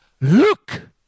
look